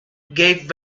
gave